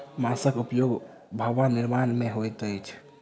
बांसक उपयोग भवन निर्माण मे होइत अछि